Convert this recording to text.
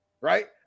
Right